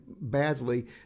badly